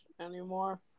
anymore